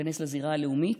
להיכנס לזירה הלאומית.